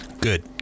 Good